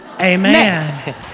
Amen